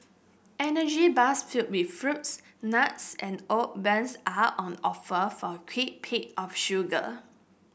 energy bars filled with fruits nuts and oat bran's are on offer for a quick pick of sugar